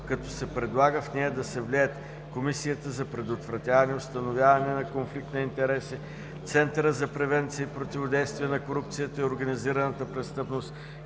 като се предлага в нея да се влеят Комисията за предотвратяване и установяване на конфликт на интереси, Центърът за превенция и противодействие на корупцията и организираната престъпност